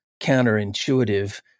counterintuitive